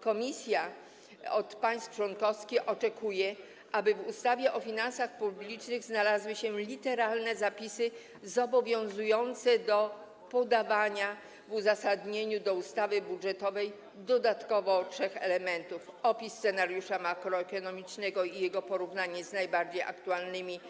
Komisja oczekuje od państw członkowskich, aby w ustawach o finansach publicznych znalazły się literalne zapisy zobowiązujące do podawania w uzasadnieniu ustawy budżetowej dodatkowo trzech elementów: po pierwsze, opisem scenariusza makroekonomicznego i jego porównania z najbardziej aktualnymi